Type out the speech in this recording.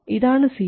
ഇതാണ് C2